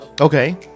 Okay